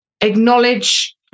acknowledge